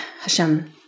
Hashem